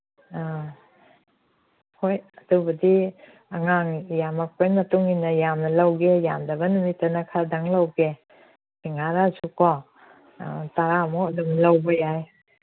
ꯑ ꯍꯣꯏ ꯑꯗꯨꯕꯨꯗꯤ ꯑꯉꯥꯡ ꯌꯥꯝꯃꯛꯄꯩ ꯃꯇꯨꯡ ꯏꯟꯅ ꯌꯥꯝꯅ ꯂꯧꯒꯦ ꯌꯥꯝꯗꯕ ꯅꯨꯃꯤꯠꯗꯅ ꯈꯔꯗꯪ ꯂꯧꯒꯦ ꯁꯤꯡꯍꯥꯔꯁꯨꯀꯣ ꯇꯔꯥꯃꯨꯛ ꯑꯗꯨꯝ ꯂꯧꯕ ꯌꯥꯏ